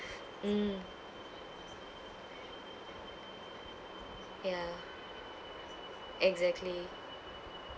mm ya exactly